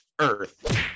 earth